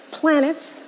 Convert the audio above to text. planets